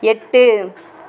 எட்டு